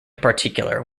particular